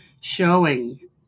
showing